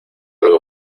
algo